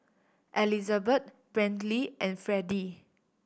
Elizabet Brantley and Freddie